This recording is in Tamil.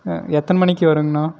எத்தனை மணிக்கு வருங்கணா